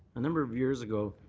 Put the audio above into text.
a number of years ago,